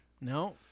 No